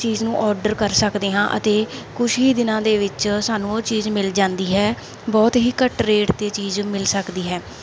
ਚੀਜ਼ ਨੂੰ ਆਰਡਰ ਕਰ ਸਕਦੇ ਹਾਂ ਅਤੇ ਕੁਛ ਹੀ ਦਿਨਾਂ ਦੇ ਵਿੱਚ ਸਾਨੂੰ ਉਹ ਚੀਜ਼ ਮਿਲ ਜਾਂਦੀ ਹੈ ਬਹੁਤ ਹੀ ਘੱਟ ਰੇਟ 'ਤੇ ਚੀਜ਼ ਮਿਲ ਸਕਦੀ ਹੈ